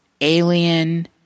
alien